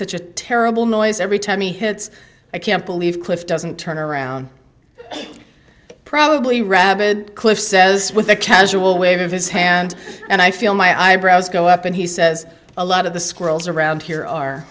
such a terrible noise every time he hits i can't believe cliff doesn't turn around probably rabid cliff says with a casual wave of his hand and i feel my eyebrows go up and he says a lot of the squirrels around here are